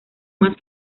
más